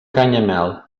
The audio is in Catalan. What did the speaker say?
canyamel